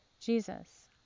Jesus